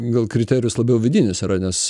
gal kriterijus labiau vidinis yra nes